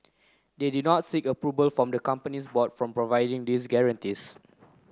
they did not seek approval from the company's board for providing these guarantees